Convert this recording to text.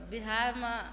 बिहारमे